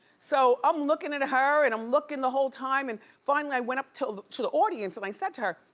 so i'm lookin' at her and i'm lookin' the whole time, and finally, i went up to to the audience, and i said to her,